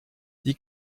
die